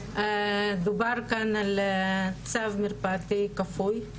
דובר כאן על צו מרפאתי כפוי,